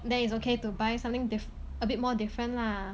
then it's okay to buy something dif~ a bit more different lah